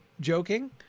joking